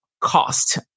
cost